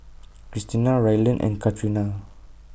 Kristina Ryland and Katrina